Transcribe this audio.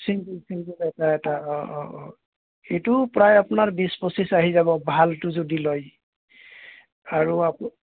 single চিংগুল এটা এটা অঁ অঁ অঁ সেইটো প্ৰায় আপোনাৰ বিছ পঁচিছ আহি যাব ভালটো যদি লয় আৰু আপো